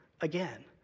again